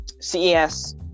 ces